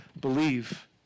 believe